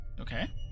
Okay